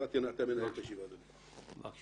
תודה